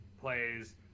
plays